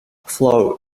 flow